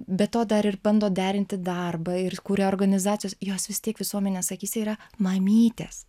be to dar ir bando derinti darbą ir kuria organizacijas jos vis tiek visuomenės akyse yra mamytės